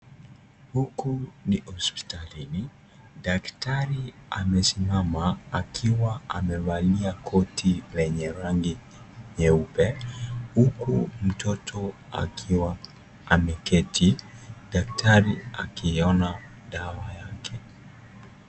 Huku ni hospitalini. Daktari amesimama akiwa amevalia koti lenye rangi nyeupe. Huku mtoto akiwa ameketi, daktari akiona dawa yake.